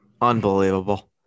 Unbelievable